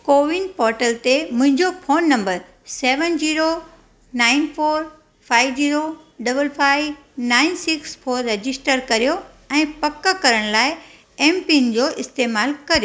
CoWIN portal ते मुंहिंजो phone number seven zero nine four five zero double five nine six पोइ register कयो ऐं पक करण लाइ एमपिन जो इस्तेमालु कयो